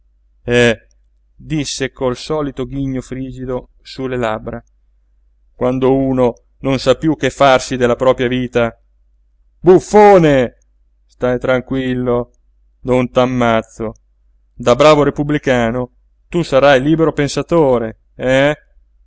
eh disse col solito ghigno frigido su le labbra quando uno non sa piú che farsi della propria vita buffone stai tranquillo non t'ammazzo da bravo repubblicano tu sarai libero pensatore eh